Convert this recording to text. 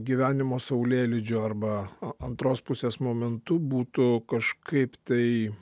gyvenimo saulėlydžio arba antros pusės momentu būtų kažkaip tai